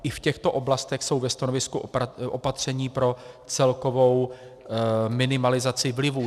I v těchto oblastech jsou ve stanovisku opatření pro celkovou minimalizaci vlivů.